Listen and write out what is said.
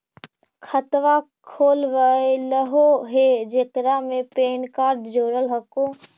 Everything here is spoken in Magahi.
खातवा खोलवैलहो हे जेकरा मे पैन कार्ड जोड़ल हको?